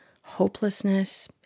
hopelessness